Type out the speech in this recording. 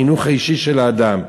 החינוך האישי של האדם.